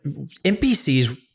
NPCs